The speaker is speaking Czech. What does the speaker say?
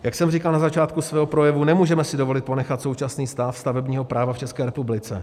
Jak jsem říkal na začátku svého projevu, nemůžeme si dovolit ponechat současný stav stavebního práva v České republice.